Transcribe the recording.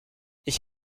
ich